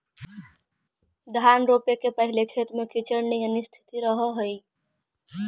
धान रोपे के पहिले खेत में कीचड़ निअन स्थिति रहऽ हइ